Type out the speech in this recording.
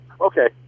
Okay